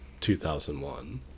2001